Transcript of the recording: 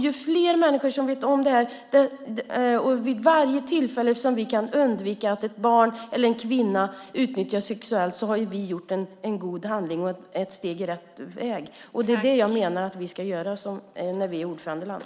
Ju fler människor som vet om det här och vid varje tillfälle som vi kan undvika att ett barn eller en kvinna utnyttjas sexuellt har vi ju utfört en god handling och tagit ett steg på rätt väg. Det är det jag menar att vi ska göra när vi är ordförandeland.